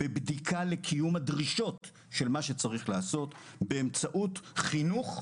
בבדיקה של קיום הדרישות על מה שצריך לעשות באמצעות חינוך,